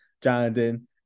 Jonathan